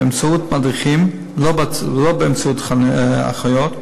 באמצעות מדריכים ולא באמצעות אחיות,